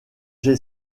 j’ai